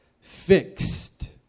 fixed